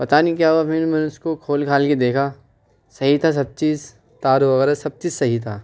پتہ نہیں کیا ہوا پھر میں نے اس کو کھول کھال کے دیکھا صحیح تھا سب چیز تار وغیرہ سب چیز صحیح تھا